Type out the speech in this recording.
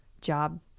job